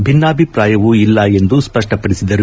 ಭಿನ್ನಾಭಿಷ್ಠಾಯವೂ ಇಲ್ಲ ಎಂದು ಸ್ಪಪ್ಪಪಡಿಸಿದರು